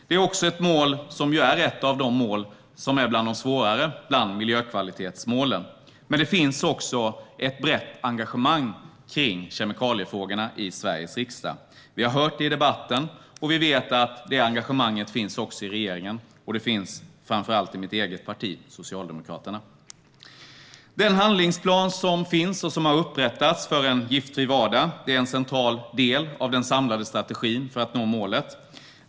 Det är också ett av de svårare miljökvalitetsmålen att uppnå, men det finns samtidigt ett brett engagemang kring kemikaliefrågorna i Sveriges riksdag. Vi har hört det i debatten, och vi vet att engagemanget också finns i regeringen och - framför allt - i mitt eget parti Socialdemokraterna. Den handlingsplan som har upprättats för en giftfri vardag är en central del av den samlade strategin för att nå målet.